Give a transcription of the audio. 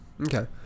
okay